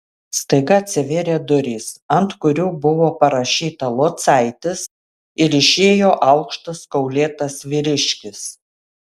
staiga atsivėrė durys ant kurių buvo parašyta locaitis ir išėjo aukštas kaulėtas vyriškis